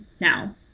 now